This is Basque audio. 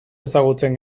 ezagutzen